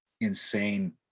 insane